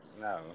No